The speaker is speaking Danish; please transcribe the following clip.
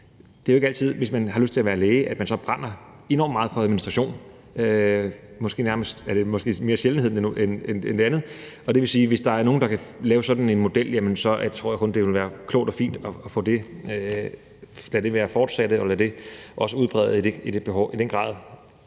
Det er ikke altid, at man, hvis man har lyst til at være læge, så brænder enormt meget for administration, måske er det mere sjældent end det omvendte, og det vil sige, at hvis der er nogle, der kan lave sådan en model, så tror jeg kun det vil være klogt og fint, at det kan fortsætte og udbredes det i